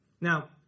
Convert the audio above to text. now